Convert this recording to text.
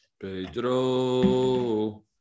Pedro